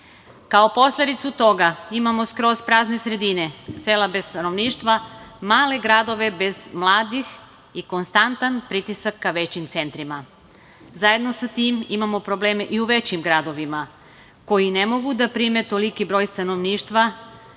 posledicu toga imamo skroz prazne sredine, sela bez stanovništva, male gradove bez mladih i konstantan pritisak ka većim centrima. Zajedno sa tim imamo probleme i u većim gradovima koji ne mogu da prime toliki broj stanovništva.